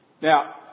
Now